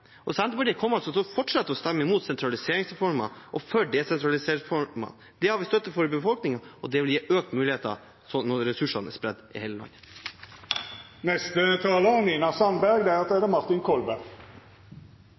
og Senterpartiet kommer til å fortsette å stemme imot sentraliseringsreformer og for desentraliseringsreformer. Det har vi støtte for i befolkningen, og det vil gi økte muligheter når ressursene er spredd over hele landet. Nærpolitireformen skulle styrke lokalt politiarbeid og